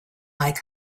like